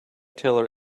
teller